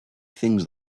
things